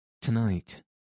Tonight